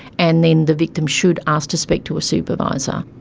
and then the victim should ask to speak to a supervisor.